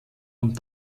und